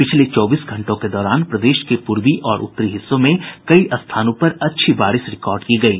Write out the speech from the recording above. पिछले चौबीस घंटों के दौरान प्रदेश के पूर्वी और उत्तरी हिस्सों में कई स्थानों पर अच्छी बारिश रिकॉर्ड की गयी